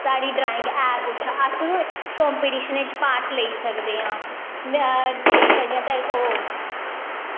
साढ़ी ड्राईंग है कुश अस कंपिटिशनें चे पार्ट लेई सकदे आं लेई सकदे आं ते ओह्